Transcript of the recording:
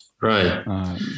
Right